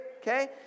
Okay